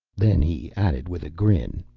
then he added, with a grin,